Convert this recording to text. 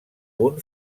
punt